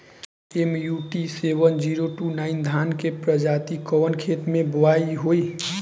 MUT seven zero two nine धान के प्रजाति कवने खेत मै बोआई होई?